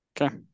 Okay